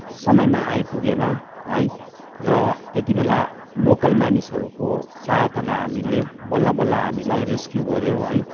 समयमा आइपुगेन है र त्यतिबेला लोकल मानिसहरूको सहायताले हामीले बल्लबल्ल हामीलाई रेस्क्यु गऱ्यो है